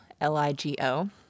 L-I-G-O